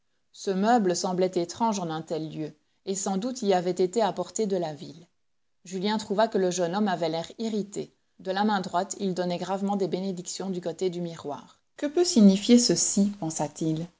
ce meuble semblait étrange en un tel lieu et sans doute y avait été apporté de la ville julien trouva que le jeune homme avait l'air irrité de la main droite il donnait gravement des bénédictions du côté du miroir que peut signifier ceci pensa-t-il